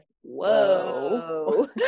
whoa